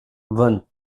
von